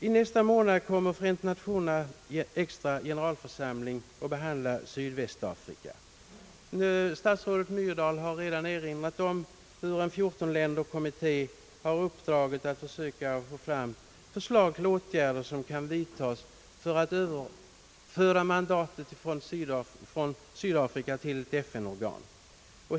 I nästa månad kommer Förenta Nationerna vid extra möte med generalförsamlingen att behandla frågan om Sydvästafrika. Statsrådet Myrdal har redan erinrat om hur en 14-länderkommitté har uppdraget att försöka få fram förslag till åtgärder som kan vidtas för att föra över mandatet från Sydafrika till ett FN-organ.